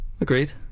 agreed